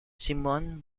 simon